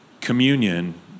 communion